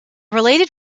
related